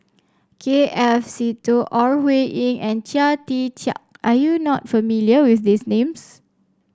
K F Seetoh Ore Huiying and Chia Tee Chiak are you not familiar with these names